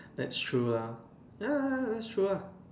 that's true lah ya that's true lah